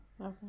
Okay